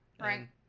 Right